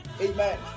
Amen